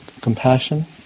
compassion